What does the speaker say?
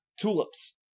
Tulips